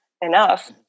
enough